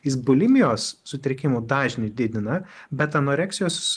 jis bulimijos sutrikimų dažnį didina bet anoreksijos